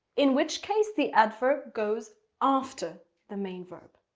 in which case the adverb goes after the main verb.